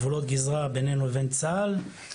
לגבולות גזרה בינינו לבין צה"ל,